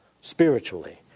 spiritually